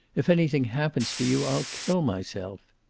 if anything happens to you, i'll kill myself.